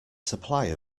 supply